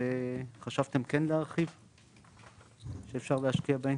שחשבתם להרחיב ואפשר להשקיע בהן?